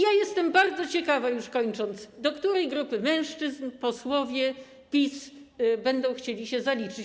Jestem bardzo ciekawa, już kończąc, do której grupy mężczyzn posłowie PiS będą chcieli się zaliczyć.